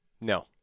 No